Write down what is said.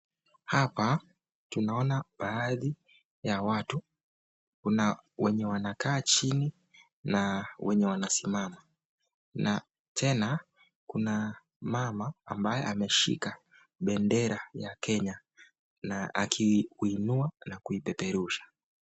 Hapa tunaona baadhi ya watu, kuna wenye wanakaa chini na kuna wenye wanasimama. Na tena kuna mama ambaye ameshika bendera ya kenya akiinua na kuipeperusha.